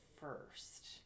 first